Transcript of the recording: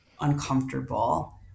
uncomfortable